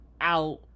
out